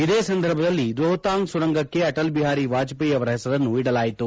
ಇದೇ ಸಂದರ್ಭದಲ್ಲಿ ರೊಹ್ತಾಂಗ್ ಸುರಂಗಕ್ಕೆ ಅಟಲ್ ಬಿಹಾರಿ ವಾಜಪೇಯಿ ಅವರ ಹೆಸರನ್ನು ಇಡಲಾಯಿತು